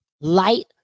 light